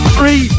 Three